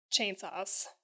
chainsaws